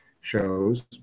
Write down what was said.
shows